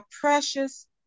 precious